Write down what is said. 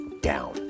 down